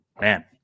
man